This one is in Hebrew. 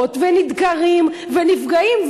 לרחובות ונדקרים ונפגעים,